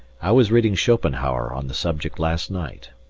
i was reading schopenhauer on the subject last night.